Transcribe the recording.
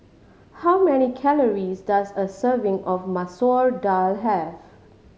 how many calories does a serving of Masoor Dal have